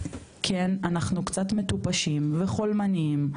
כן אנחנו קצת מטופשים וחולמניים,